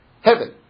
heaven